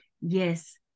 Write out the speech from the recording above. yes